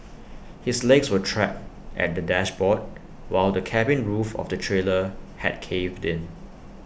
his legs were trapped at the dashboard while the cabin roof of the trailer had caved in